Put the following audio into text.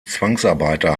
zwangsarbeiter